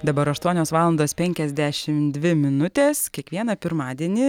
dabar aštuonios valandos penkiasdešim dvi minutės kiekvieną pirmadienį